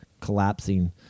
collapsing